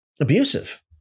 abusive